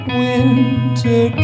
winter